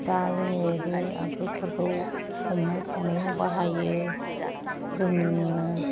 दा जोङो बे आगजुफोरखौ संनाय खावनायाव बाहायो जोंनिनो